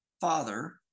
father